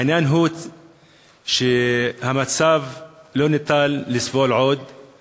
העניין הוא שלא ניתן לסבול עוד את המצב.